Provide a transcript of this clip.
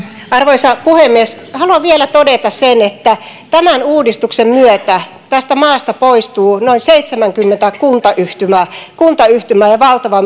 arvoisa puhemies haluan vielä todeta sen että tämän uudistuksen myötä tästä maasta poistuu noin seitsemänkymmentä kuntayhtymää kuntayhtymää ja